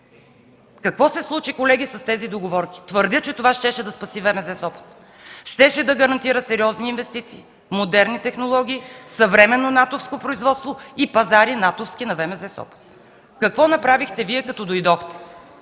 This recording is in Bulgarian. Какво се случи, колеги, с тези договорки? Твърдя, че това щеше да спаси ВМЗ – Сопот, щеше да гарантира сериозни инвестиции, модерни технологии, съвременно натовско производство и натовски пазари на ВМЗ – Сопот. Какво направихте Вие, като дойдохте?